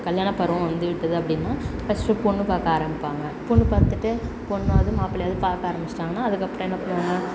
கல்யாண பருவம் வந்துவிட்டது அப்படின்னா ஃபர்ஸ்ட்டு பொண்ணு பார்க்க ஆரம்பிப்பாங்க பொண்ணு பார்த்துட்டு பொண்ணாவது மாப்பிளையாவது பார்க்க ஆரம்பிச்சிட்டாங்கன்னா அதுக்கப்புறம் என்ன பண்ணுவாங்க